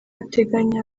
ateganya